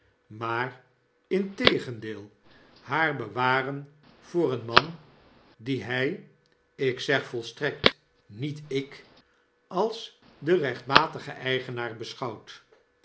benadeelen maarintegendeel haar bewaren voor een man dien hy ik zeg volstrekt niet i k als den rechtmatigen eigenaar beschouwt